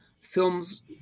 films